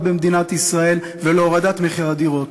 במדינת ישראל ולהורדת מחיר הדירות.